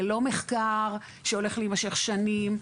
זה לא מחקר שהולך להימשך שנים.